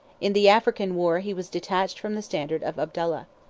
in the african war he was detached from the standard of abdallah.